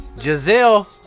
Giselle